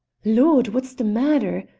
lord, what's the matter?